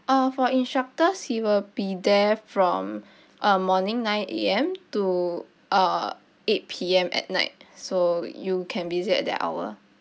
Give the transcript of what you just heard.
uh for instructor he'll be there from um morning nine A_M to uh eight P_M at night so you can visit at that hour